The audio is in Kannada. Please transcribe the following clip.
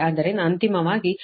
ಆದ್ದರಿಂದ ಅಂತಿಮವಾಗಿ ಇದು 53